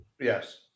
yes